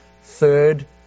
third